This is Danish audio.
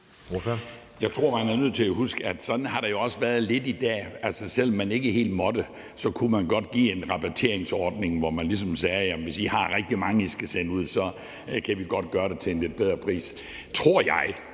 Jeg tror, man er nødt til at huske, at sådan har det jo også lidt været frem til i dag. Altså, selv om man ikke helt måtte, kunne man godt give en rabatordning, hvor man ligesom sagde: Hvis I har rigtig mange, I skal sende ud, kan vi godt gøre det til en lidt bedre pris. Det tror jeg,